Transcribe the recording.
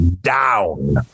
down